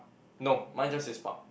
no mine just says park